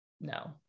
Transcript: No